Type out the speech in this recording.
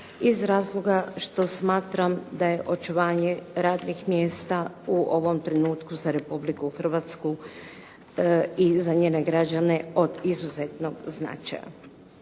iz razloga što smatram da je očuvanje radnih mjesta u ovom trenutku za Republiku Hrvatske i za njene građane od izuzetnog značaja.